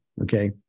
okay